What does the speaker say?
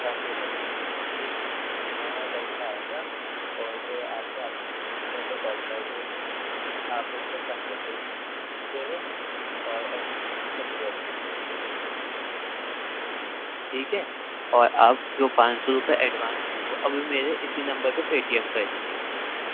پانچ بجے تک پہنچا دیے گیے ٹھیک ہے ہمارا لڑکا آئے گا اور وہ آ کے آپ کو اسی نمبر پہ کال کر دے گا آپ اس سے پندرہ سو روپے بھی دے دیجیے گا اور اس سے مچھلیاں بھی دے دیجیے گا ٹھیک ہے اور آپ جو پانچ سو روپے ایڈوانس ہیں وہ ابھی میرے اسی نمبر پہ پے ٹی ایم کر دیجیے مجھے